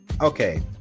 Okay